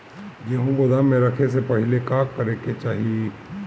गेहु गोदाम मे रखे से पहिले का का करे के चाही?